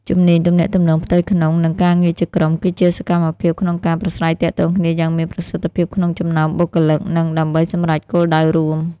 ជំនាញទំនាក់ទំនងផ្ទៃក្នុង និងការងារជាក្រុម គឺជាសមត្ថភាពក្នុងការប្រាស្រ័យទាក់ទងគ្នាយ៉ាងមានប្រសិទ្ធភាពក្នុងចំណោមបុគ្គលិក និងដើម្បីសម្រេចគោលដៅរួម។